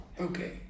Okay